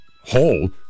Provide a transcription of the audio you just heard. hole